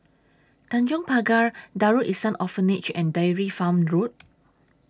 Tanjong Pagar Darul Ihsan Orphanage and Dairy Farm Road